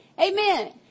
Amen